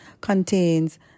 contains